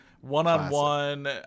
one-on-one